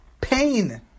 pain